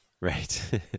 Right